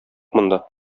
монда